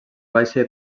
baixa